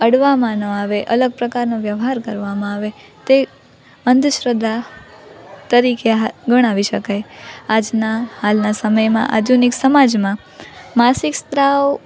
અડવામાં ન આવે અલગ પ્રકારનો વ્યવહાર કરવામાં આવે તે અંધશ્રદ્ધા તરીકે હાલ ગણાવી શકાય આજના હાલના સમયમાં આધુનિક સમાજમાં માસિક સ્ત્રાવ